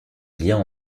lien